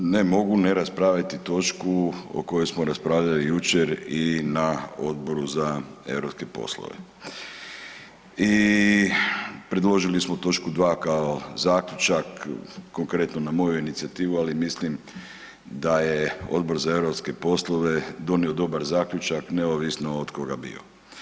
Ne mogu ne raspraviti točku o kojoj smo raspravljali i jučer i na Odboru za europske poslove i predložili smo točku 2. kao zaključak, konkretno na moju inicijativu, ali mislim da je Odbor za europske poslove donio dobar zaključak neovisno od koga bio.